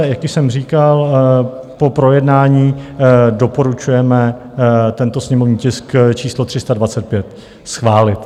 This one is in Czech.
Jak již jsem říkal, po projednání doporučujeme tento sněmovní tisk číslo 325 schválit.